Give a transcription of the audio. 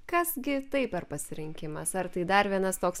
kas gi tai per pasirinkimas ar tai dar vienas toks